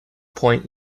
point